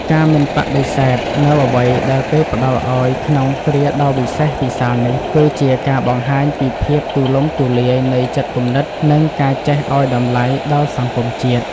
ការមិនបដិសេធនូវអ្វីដែលគេផ្តល់ឱ្យក្នុងគ្រាដ៏វិសេសវិសាលនេះ គឺជាការបង្ហាញពីភាពទូលំទូលាយនៃចិត្តគំនិត និងការចេះឱ្យតម្លៃដល់សង្គមជាតិ។